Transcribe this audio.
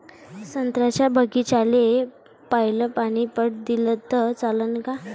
संत्र्याच्या बागीचाले पयलं पानी पट दिलं त चालन का?